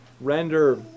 render